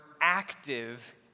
active